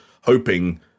hoping